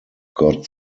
god